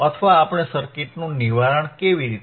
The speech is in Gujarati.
અથવા આપણે સર્કિટનું નિવારણ કરી શકીએ કે નહીં